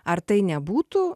ar tai nebūtų